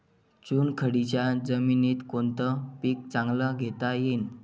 चुनखडीच्या जमीनीत कोनतं पीक चांगलं घेता येईन?